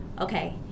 okay